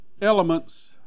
elements